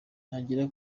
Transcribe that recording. ntagira